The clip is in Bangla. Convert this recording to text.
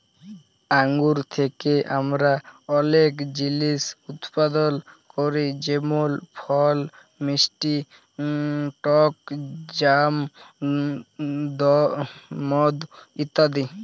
আঙ্গুর থ্যাকে আমরা অলেক জিলিস উৎপাদল ক্যরি যেমল ফল, মিষ্টি টক জ্যাম, মদ ইত্যাদি